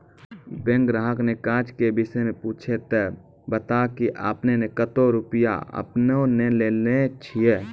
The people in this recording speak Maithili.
बैंक ग्राहक ने काज के विषय मे पुछे ते बता की आपने ने कतो रुपिया आपने ने लेने छिए?